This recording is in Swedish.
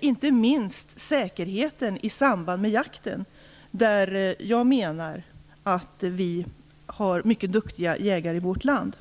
Inte minst gäller detta i fråga om säkerheten i samband med jakten. Där menar jag att vi har mycket duktiga jägare i vårt land.